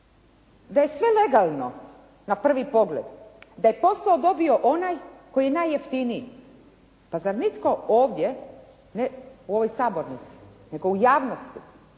da je sve legalno na prvi pogled, da je posao dobio onaj koji je najjeftiniji, pa zar nitko ovdje, ne u ovoj sabornici, nego u javnosti,